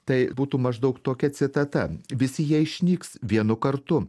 tai būtų maždaug tokia citata visi jie išnyks vienu kartu